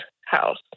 house